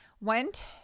went